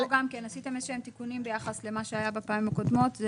גם פה עשיתם תיקונים ביחס למה שהיה בפעמים הקודמות.